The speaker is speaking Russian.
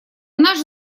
наш